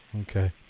Okay